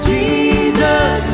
Jesus